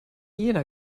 jena